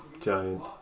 Giant